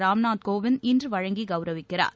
ராம்நாத் கோவிந்த் இன்று வழங்கி கௌரவிக்கிறார்